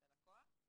מ/1246.